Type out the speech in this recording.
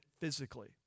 physically